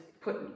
put